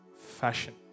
fashion